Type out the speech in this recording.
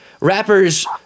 rappers